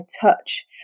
touch